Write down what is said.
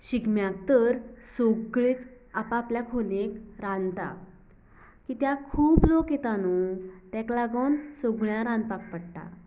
शिगम्याक तर सगळीं आप आपल्या खोलयेंक रांदतात कित्याक खूब लोक येतां नुं ताका लागून सगळ्यांक रांदपाक पडटा